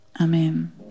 Amen